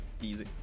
Easy